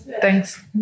thanks